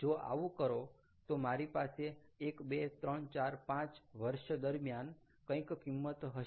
જો આવું કરો તો મારી પાસે 12345 વર્ષ દરમ્યાન કંઈક કિંમત હશે